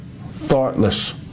thoughtless